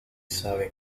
sabe